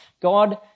God